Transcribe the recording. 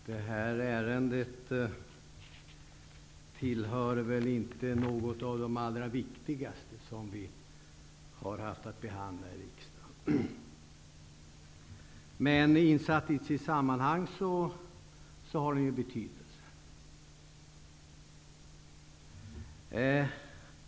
Herr talman! Det här ärendet är inte ett av de allra viktigaste som vi har haft att behandla i riksdagen. Men insatt i sitt sammanhang har det betydelse.